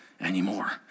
anymore